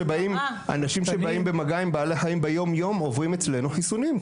אנשים שבאים במגע עם בעלי חיים ביומיום עוברים אצלנו חיסונים,